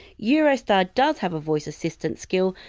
eurostar does have a voice assistance skill,